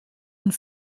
und